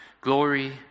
glory